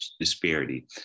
disparity